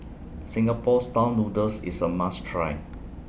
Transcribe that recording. Singapore Style Noodles IS A must Try